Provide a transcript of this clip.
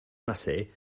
massey